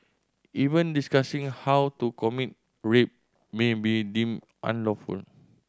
even discussing how to commit rape may be deemed unlawful